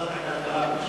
ועדת הכלכלה.